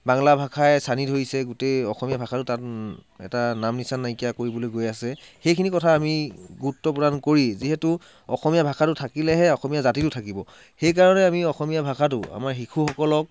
বাংলা ভাষাই ছানি ধৰিছে গোটেই অসমীয়া ভাষাটো তাত এটা নাম নিচান নাইকিয়া কৰিবলৈ গৈ আছে সেইখিনি কথা আমি গুৰুত্ব প্ৰদান কৰি যিহেতু অসমীয়া ভাষাটো থাকিলেহে অসমীয়া জাতিটো থাকিব সেইকাৰণে আমি অসমীয়া ভাষাটো আমাৰ শিশুসকলক